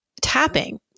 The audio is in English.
Tapping